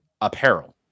apparel